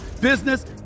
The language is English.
business